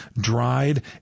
dried